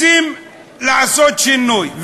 רוצים לעשות שינוי.